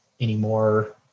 anymore